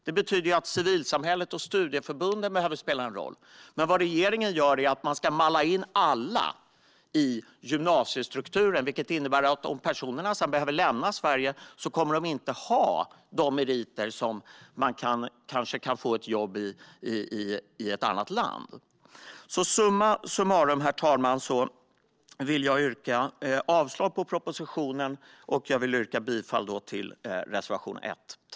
Detta betyder att civilsamhället och studieförbunden behöver spela en roll, men vad regeringen gör är att malla in alla i gymnasiestrukturen. Personerna kommer därför inte att ha de meriter som gör att de kanske kan få ett jobb i ett annat land om de behöver lämna Sverige. Summa summarum, herr talman, vill jag yrka avslag på propositionen och bifall till reservation 1.